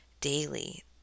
daily